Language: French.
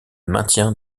maintien